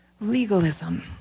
legalism